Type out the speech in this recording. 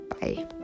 Bye